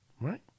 right